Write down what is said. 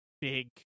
big